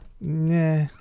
nah